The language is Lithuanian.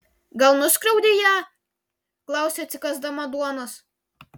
gal nuskriaudei ją klausia atsikąsdama duonos